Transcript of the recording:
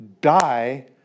die